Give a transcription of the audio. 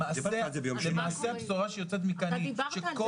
למעשה, הבשורה שיוצאת מכאן היא שכל